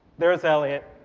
there is elliot,